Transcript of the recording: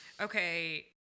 okay